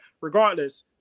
regardless